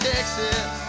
Texas